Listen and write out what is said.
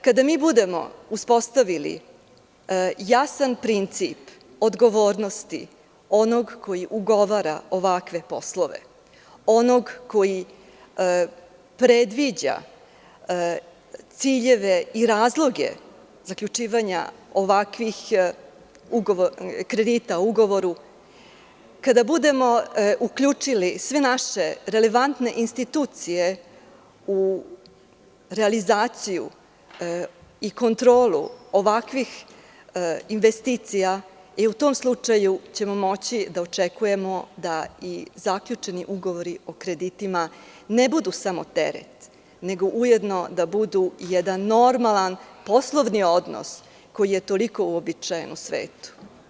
Kada budemo uspostavili jasan princip odgovornosti onog koji ugovara ovakve poslove, onog koji predviđa ciljeve i razloge zaključivanje ovakvih kredita u ugovoru, kada budemo uključili sve naše relevantne institucije u realizaciju i kontrolu ovakvih investicija, u tom slučaju ćemo moći da očekujemo da zaključeni ugovori o kreditima ne budu samo teret, nego ujedno da budu jedan normalan poslovni odnos koji je toliko uobičajen u svetu.